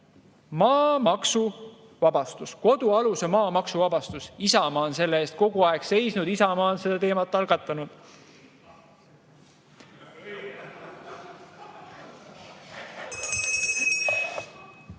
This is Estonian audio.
maamaksuvabastus, kodualuse maa maksuvabastus. Isamaa on selle eest kogu aeg seisnud, Isamaa on seda teemat algatanud.